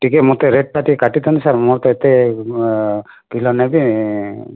ଟିକିଏ ମୋତେ ରେଟ୍ଟା ଟିକିଏ କାଟିଥାନ୍ତେ ସାର୍ ମୋର ତ ଏତେ କିଲୋ ନେବି